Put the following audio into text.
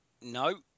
No